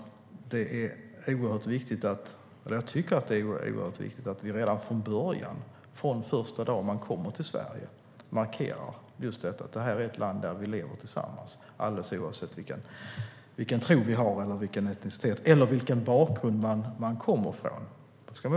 Det är oerhört viktigt att vi redan från början, från första dagen man kommer till Sverige, markerar just detta: Det här är ett land där vi lever tillsammans, alldeles oavsett vilken tro eller etnicitet man har eller vilken bakgrund man kommer från.